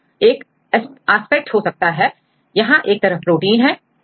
यह एक एस्पेक्ट हो सकता है यहां एक तरफ प्रोटीन है